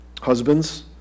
Husbands